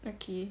okay